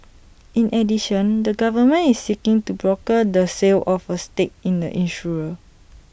in addition the government is seeking to broker the sale of A stake in the insurer